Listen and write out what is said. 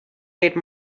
ate